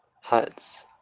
huts